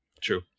true